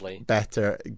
better